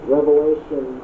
Revelation